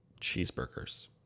cheeseburgers